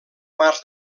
mars